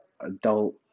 adult